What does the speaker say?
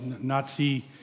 Nazi